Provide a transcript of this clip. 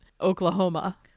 Oklahoma